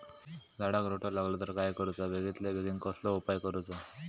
झाडाक रोटो लागलो तर काय करुचा बेगितल्या बेगीन कसलो उपाय करूचो?